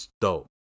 dope